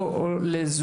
לו או לזולתו.